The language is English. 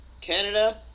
Canada